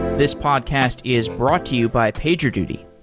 this podcast is brought to you by pagerduty.